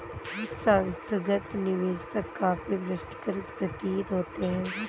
संस्थागत निवेशक काफी परिष्कृत प्रतीत होते हैं